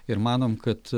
ir manom kad